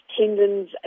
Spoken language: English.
tendons